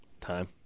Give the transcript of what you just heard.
time